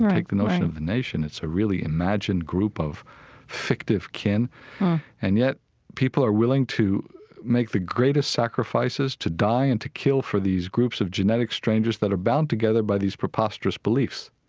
like the notion of the nation. it's a really imagined group of fictive kin and yet people are willing to make the greatest sacrifices, to die and to kill for these groups of genetic strangers that are bound together by these preposterous beliefs